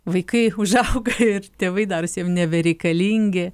vaikai užauga ir tėvai darosi jiem nebereikalingi